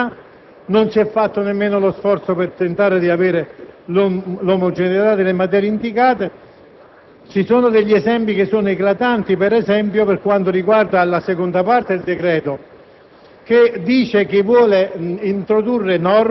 L'eterogeneità è assoluta. E non si è fatto nemmeno lo sforzo di tentare di avere un'omogeneità delle materie indicate. Ci sono esempi eclatanti per quanto riguarda la seconda parte del decreto-legge,